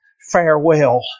farewell